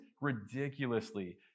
ridiculously